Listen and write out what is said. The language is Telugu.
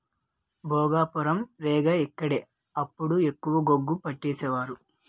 భోగాపురం, రేగ ఇక్కడే అప్పుడు ఎక్కువ గోగు పంటేసేవారు